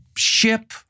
ship